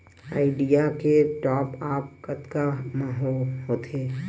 Idea के top आप कतका म होथे?